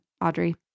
Audrey